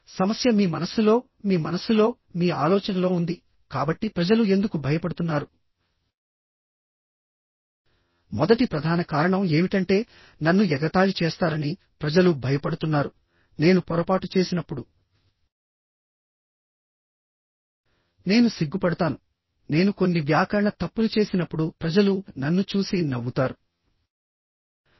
సమస్య మీ మనస్సులో మీ మనస్సులో మీ ఆలోచనలో ఉంది కాబట్టి ప్రజలు ఎందుకు భయపడుతున్నారు మొదటి ప్రధాన కారణం ఏమిటంటే నన్ను ఎగతాళి చేస్తారని ప్రజలు భయపడుతున్నారు నేను పొరపాటు చేసినప్పుడు నేను సిగ్గుపడతాను నేను కొన్ని వ్యాకరణ తప్పులు చేసినప్పుడు ప్రజలు నన్ను చూసి నవ్వుతారు